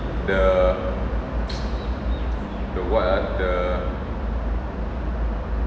the the what ah the